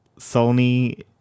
Sony